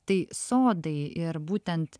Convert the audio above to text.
tai sodai ir būtent